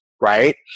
right